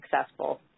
successful